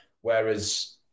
whereas